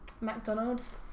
McDonald's